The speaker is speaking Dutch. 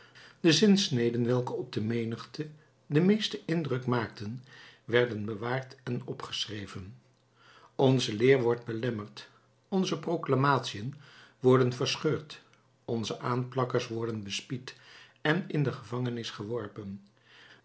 de zinsneden welke op de menigte den meesten indruk maakten werden bewaard en opgeschreven onze leer wordt belemmerd onze proclamatiën worden verscheurd onze aanplakkers worden bespied en in de gevangenis geworpen